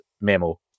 memo